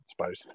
suppose